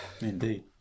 Indeed